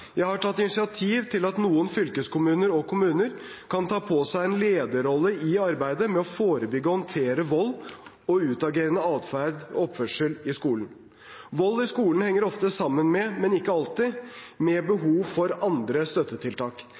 Jeg har tatt initiativ til at noen fylkeskommuner og kommuner kan ta på seg en lederrolle i arbeidet med å forebygge og håndtere vold og utagerende atferd og oppførsel i skolen. Vold i skolen henger ofte, men ikke alltid, sammen med behov for andre støttetiltak.